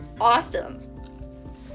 awesome